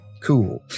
Cool